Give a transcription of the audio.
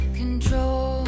control